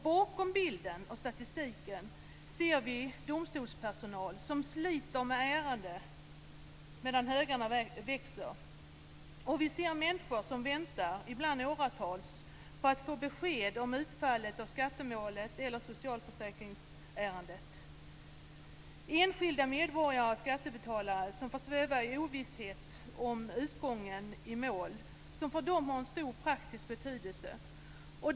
Bakom bilden och statistiken ser vi domstolspersonal som sliter med ärenden medan högarna växer. Vi ser människor som väntar, ibland i åratal, för att få besked om utfallet av ett skattemål eller ett socialförsäkringsärende. Enskilda medborgare och skattebetalare får sväva i ovisshet om utgången i mål som för dem har en stor praktisk betydelse.